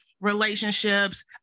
relationships